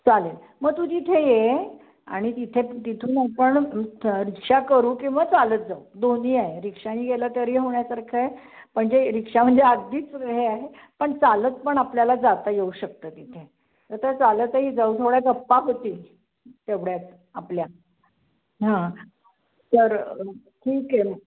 चालेल मग तू तिथे ये आणि तिथे तिथून आपण रिक्षा करू किंवा चालत जाऊ दोन्ही आहे रिक्षाने गेलं तरी होण्यासारखं आहे पण जे रिक्षा म्हणजे अगदीच हे आहे पण चालत पण आपल्याला जाता येऊ शकतं तिथे तर तर चालतही जाऊ थोड्या गप्पा होतील तेवढ्यात आपल्या हां तर ठीक आहे